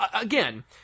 Again